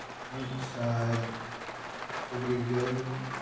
ᱢᱤᱫᱥᱟᱭ ᱛᱩᱨᱩᱭᱜᱮᱞ